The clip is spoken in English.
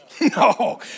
No